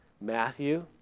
Matthew